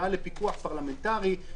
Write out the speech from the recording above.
מגיעה לפיקוח פרלמנטרי,